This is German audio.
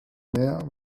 mehr